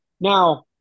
Now